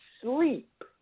sleep